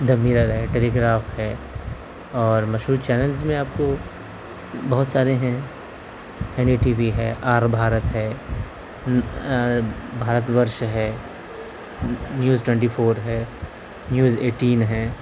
دا Mirror ہے Telegraph ہے اور مشہور چینلز میں آپ کو بہت سارے ہیں این ڈی ٹی وی ہے آر بھارت ہے بھارت ورش ہے نیوز ٹوینٹی فور ہے نیوز ایٹین ہے